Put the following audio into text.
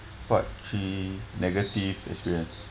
part three negative experience